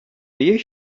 you